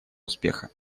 успеха